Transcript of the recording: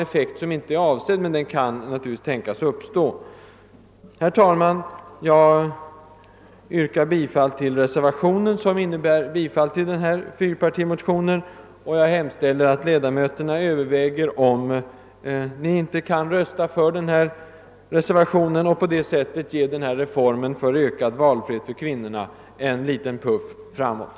Herr talman! Jag yrkar bifall till reservationen, som tillstyrker fyrpartimotionerna, och jag hemställer att ledamöterna överväger om ni inte kan rösta för denna reservation och på det sättet ge strävandena till ökad valfrihet för kvinnorna en liten puff framåt.